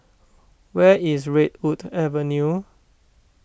where is Redwood Avenue